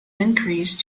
increased